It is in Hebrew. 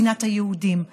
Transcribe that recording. מדינת היהודים.